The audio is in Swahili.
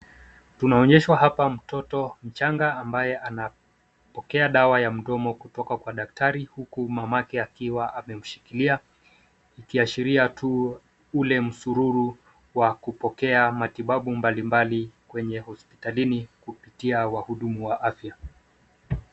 Tunaonyeshwa hapa mtoto mchanga ambaye anapokea dawa ya mdomo kutoka kwa daktari huku mamake akiwa amemshikilia ikiashiria tu ule msururu wa kupokea matibabu mbalimbali kwenye hospitalini kupitia wahudumu wa afya.